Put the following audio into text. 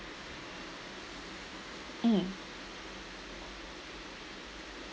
mm